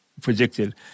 predicted